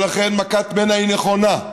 ולכן מכת מנע היא נכונה.